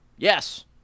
Yes